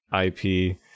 IP